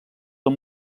amb